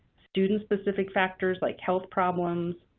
student-specific factors like health problems,